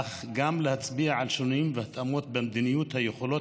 אך גם להצביע על שינויים והתאמות במדיניות היכולים